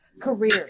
career